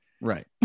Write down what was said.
Right